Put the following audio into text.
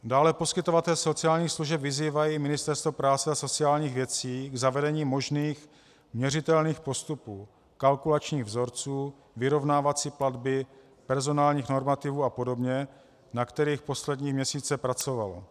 Dále poskytovatelé sociálních služeb vyzývají Ministerstvo práce a sociálních věcí k zavedení možných měřitelných postupů, kalkulačních vzorců, vyrovnávací platby, personálních normativů apod., na kterých poslední měsíce pracovalo.